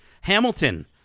Hamilton